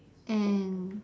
and